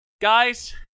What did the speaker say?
Guys